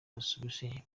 busuwisi